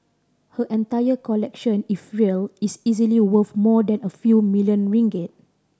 her entire collection if real is easily worth more than a few million ringgit